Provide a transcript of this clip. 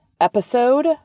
episode